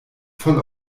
voll